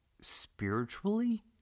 spiritually